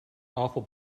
awful